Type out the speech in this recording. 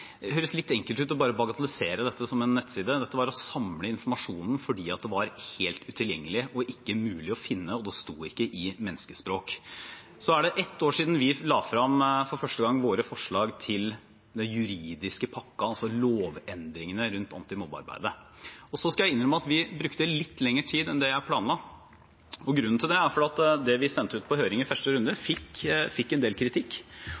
høres litt for enkelt ut å bagatellisere dette til å være bare en nettside. Dette var å samle informasjonen fordi den var helt utilgjengelig og ikke mulig å finne, og det sto ikke på menneskespråk. Det er ett år siden vi for første gang la frem våre forslag til den juridiske pakken, altså lovendringene rundt antimobbearbeidet. Jeg skal innrømme at vi brukte litt lengre tid enn jeg hadde planlagt. Grunnen til det er at det vi sendte ut på høring i første runde, fikk en del kritikk.